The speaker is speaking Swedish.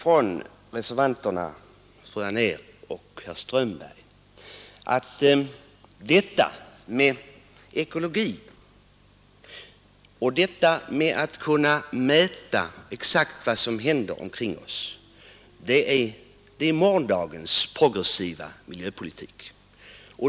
Reservanterna, fru Anér och herr Strömberg, anför att ekologin och detta att kunna mäta exakt vad som händer omkring oss tillhör morgondagens progressiva miljöpolitik.